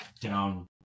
down